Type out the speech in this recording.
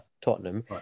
Tottenham